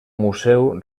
museu